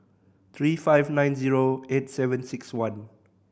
three five nine zero eight seven six one